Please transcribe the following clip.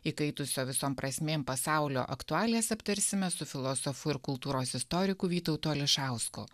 įkaitusio visom prasmėm pasaulio aktualijas aptarsime su filosofu ir kultūros istoriku vytautu ališausku